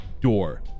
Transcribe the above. door